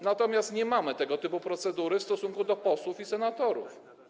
Natomiast nie mamy tego typu procedury w przypadku posłów i senatorów.